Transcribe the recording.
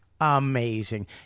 Amazing